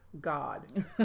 God